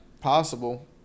Possible